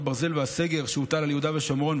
ברזל והסגר שהוטל על יהודה ושומרון,